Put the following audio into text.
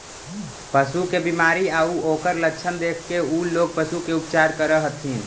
पशु के बीमारी आउ ओकर लक्षण देखके उ लोग पशु के उपचार करऽ हथिन